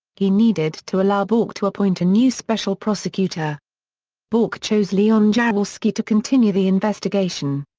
he needed to allow bork to appoint a new special prosecutor bork chose leon jaworski to continue the investigation.